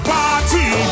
party